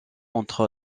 entre